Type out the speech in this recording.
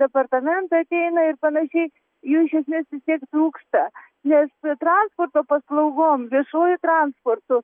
departamentas ėmė ir panašiai jų iš esmės vis tiek trūksta nes transporto paslaugom viešuoju transportu